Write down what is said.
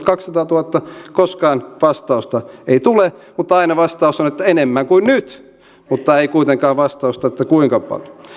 kaksisataatuhatta koskaan vastausta ei tule mutta aina vastaus on että enemmän kuin nyt mutta ei kuitenkaan vastausta kuinka paljon